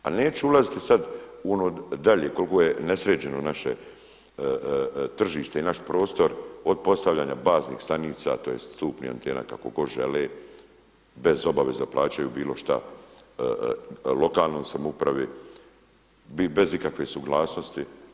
A neću ulaziti sada u ono dalje koliko je nesređeno naše tržište i naš prostor od postavljanja baznih stanica tj. stupnih antena kako god žele, bez obaveza plaćaju bilo šta lokalnoj samoupravi, bez ikakve suglasnosti.